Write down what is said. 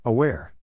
Aware